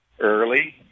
early